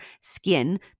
skin